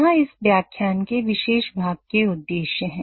यहां इस व्याख्यान के विशेष भाग के उद्देश्य है